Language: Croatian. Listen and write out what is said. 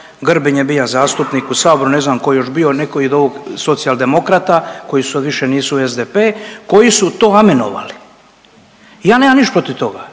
Grbin je bija zastupnik u Saboru, ne znam tko je još bio, netko od Socijaldemokrata koji su više nisu SDP, koji su to amenovali i ja nemam niš protiv toga,